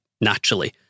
naturally